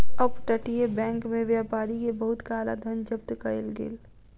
up तटीय bank में व्यापारी के बहुत काला धन जब्त कएल गेल